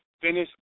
Finish